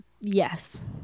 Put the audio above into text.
yes